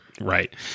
Right